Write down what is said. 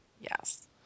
Yes